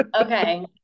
Okay